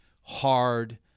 Hard